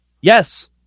yes